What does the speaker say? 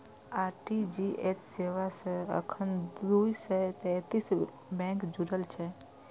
RTGS सेवा सं एखन दू सय सैंतीस बैंक जुड़ल छै